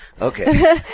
okay